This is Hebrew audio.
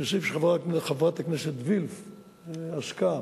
אני אוסיף שחברת הכנסת וילף עסקה